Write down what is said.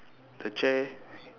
the chair